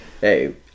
hey